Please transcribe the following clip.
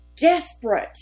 desperate